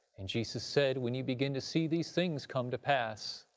and jesus said when you begin to see these things come to pass,